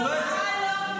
היא הודאה לא קבילה.